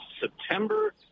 september